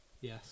Yes